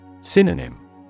Synonym